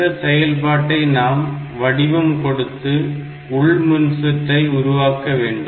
இந்த செயல் சமன்பாட்டை நாம் வடிவம் கொடுத்து உள் மின்சுற்றை உருவாக்க வேண்டும்